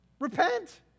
Repent